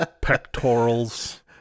pectorals